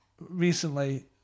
recently